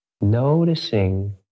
noticing